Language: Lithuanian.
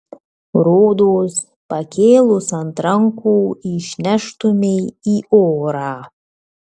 rodos pakėlus ant rankų išneštumei į orą